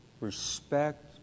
respect